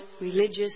religious